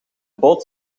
boot